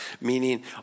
Meaning